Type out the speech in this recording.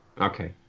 Okay